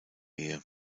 ehe